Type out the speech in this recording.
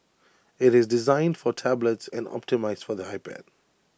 IT is designed for tablets and optimised for the iPad